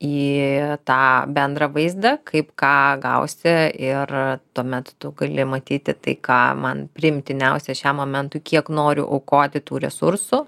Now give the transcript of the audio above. į tą bendrą vaizdą kaip ką gausi ir tuomet tu gali matyti tai ką man priimtiniausia šiam momentui kiek noriu aukoti tų resursų